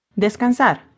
Descansar